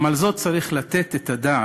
גם על זאת צריך לתת את הדעת,